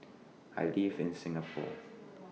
I live in Singapore